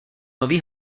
nový